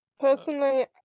Personally